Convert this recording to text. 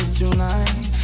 tonight